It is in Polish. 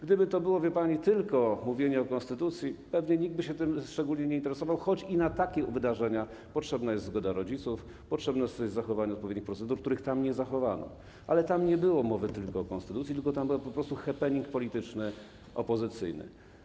Gdyby to było, wie pani, tylko mówienie o konstytucji, pewnie nikt by się tym szczególnie nie interesował, choć i na takie wydarzenia potrzebna jest zgoda rodziców, potrzebne jest zachowanie odpowiednich procedur, których tam nie zachowano, ale tam nie było mowy tylko o konstytucji, tylko tam był po prostu happening polityczny, opozycyjny.